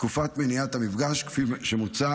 תקופת מניעת המפגש כפי שמוצע,